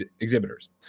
exhibitors